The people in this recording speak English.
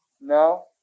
No